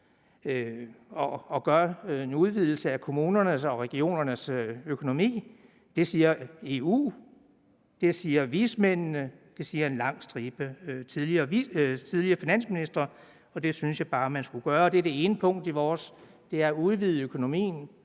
at foretage en udvidelse af kommunernes og regionernes økonomi. Det siger EU, det siger vismændene, det siger en lang stribe af tidligere finansministre, og det synes jeg bare at man skulle gøre. Det er det ene punkt, vi har, altså det at udvide det